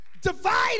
divided